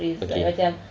okay